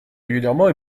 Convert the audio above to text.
régulièrement